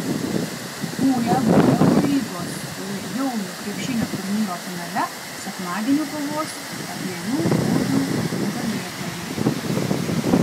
uleb eurolygos jaunių krepšinio turnyro finale sekmadienį kovos abiejų grupių nugalėtojai